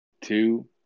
two